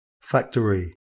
Factory